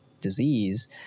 disease